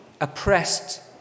oppressed